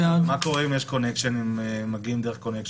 מה קורה אם מגיעים דרך קונקשן?